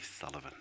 Sullivan